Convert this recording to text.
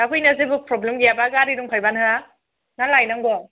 दा फैनायाव जेबो प्रब्लेम गैयाबा गारि दंखायोबा नोंहा ना लायनांगौ